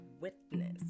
witness